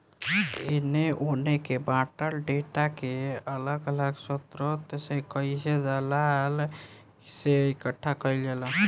एने ओने के बॉटल डेटा के अलग अलग स्रोत से जइसे दलाल से इकठ्ठा कईल जाला